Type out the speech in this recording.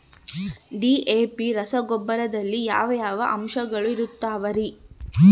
DAP ರಸಗೊಬ್ಬರದಲ್ಲಿ ಯಾವ ಯಾವ ಅಂಶಗಳಿರುತ್ತವರಿ?